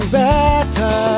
better